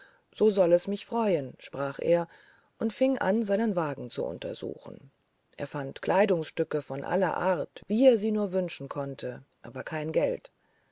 so soll es mich freuen sprach er und fing an seinen wagen zu untersuchen er fand kleidungsstücke von aller art wie er sie nur wünschen konnte aber kein geld